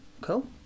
Cool